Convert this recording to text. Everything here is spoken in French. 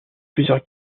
plusieurs